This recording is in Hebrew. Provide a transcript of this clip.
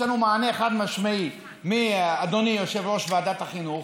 יש לנו מענה חד-משמעי מאדוני יושב-ראש ועדת החינוך,